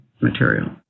material